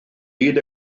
hyd